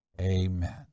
Amen